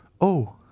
Oh